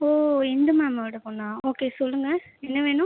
ஓ இந்து மேமோடய பொண்ணா ஓகே சொல்லுங்கள் என்ன வேணும்